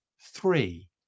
three